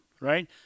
Right